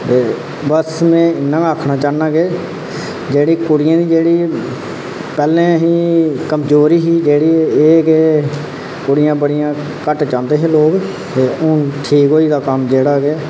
ते बस में इन्ना गै आखना चाह्न्नां के जेह्ड़ी कुड़ियें दी जेह्ड़ी पैह्लें ही कमजोरी जेह्ड़ी एह् ही ते कुड़ियां जेह्ड़ियां घट्ट चाहंदे हे लोक हून जेह्ड़ा ठीक होई दा एह्